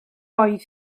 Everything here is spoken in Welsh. oedd